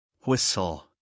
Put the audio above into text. Whistle